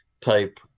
type